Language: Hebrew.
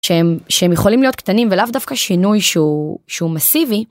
שהם יכולים להיות קטנים ולאו דווקא שינוי שהוא שהוא מסיבי.